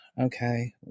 okay